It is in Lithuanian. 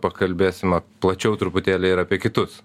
pakalbėsime plačiau truputėlį ir apie kitus